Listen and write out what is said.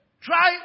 Try